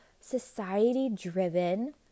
society-driven –